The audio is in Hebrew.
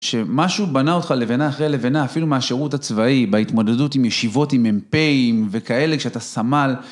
שמשהו בנה אותך לבנה אחרי לבנה אפילו מהשירות הצבאי, בהתמודדות עם ישיבות, עם מ"פים וכאלה כשאתה סמל.